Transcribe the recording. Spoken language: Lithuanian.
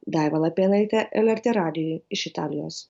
daiva lapėnaitė lrt radijui iš italijos